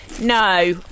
No